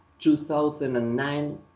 2009